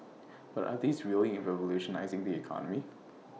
but are these really revolutionising the economy